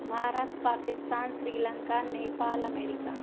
Bharat Pakistan Sri Lanka Nepal America